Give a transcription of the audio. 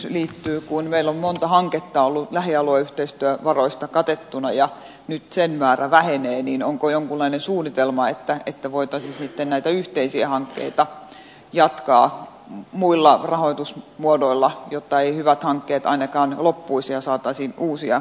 kun meillä on monta hanketta lähialueyhteistyövaroista katettuna ja nyt niiden määrä vähenee onko jonkunlainen suunnitelma että voitaisiin sitten näitä yhteisiä hankkeita jatkaa muilla rahoitusmuodoilla jotta eivät hyvät hankkeet ainakaan loppuisi ja saataisiin uusia käyntiin